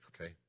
okay